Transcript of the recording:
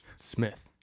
smith